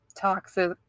toxic